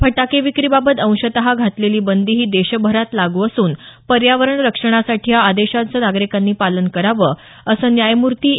फटाके विक्रीबाबत अंशतः घातलेली बंदी ही देशभरात लागू असून पर्यावरण रक्षणासाठी या आदेशांचे नागरिकांनी पालन करावं असे न्यायमूर्ती ए